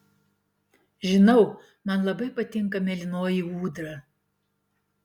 žinau man labai patinka mėlynoji ūdra